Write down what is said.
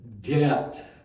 debt